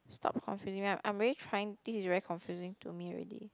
stop confusing me I'm already trying this is very confusing to me already